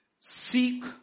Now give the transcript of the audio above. seek